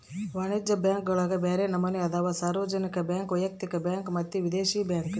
ವಾಣಿಜ್ಯ ಬ್ಯಾಂಕುಗುಳಗ ಬ್ಯರೆ ನಮನೆ ಅದವ, ಸಾರ್ವಜನಿಕ ಬ್ಯಾಂಕ್, ವೈಯಕ್ತಿಕ ಬ್ಯಾಂಕ್ ಮತ್ತೆ ವಿದೇಶಿ ಬ್ಯಾಂಕ್